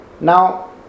Now